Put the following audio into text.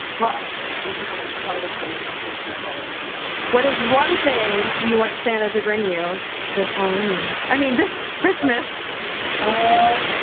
but we didn't have a ton of exciting stuff coming for the holidays what is one thing you want santa to bring you this halloween? i mean this christmas oh?